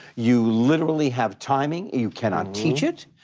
you literally have timing, you cannot teach it.